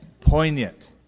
poignant